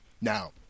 Now